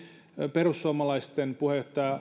perussuomalaisten puheenjohtaja